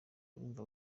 urumva